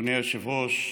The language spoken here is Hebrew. אדוני היושב-ראש,